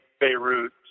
Beirut